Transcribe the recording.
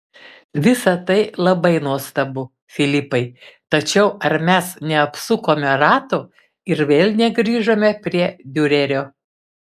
visa tai labai nuostabu filipai tačiau ar mes neapsukome rato ir vėl negrįžome prie diurerio